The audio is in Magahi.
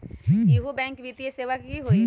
इहु बैंक वित्तीय सेवा की होई?